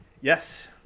Yes